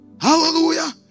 Hallelujah